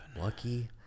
Lucky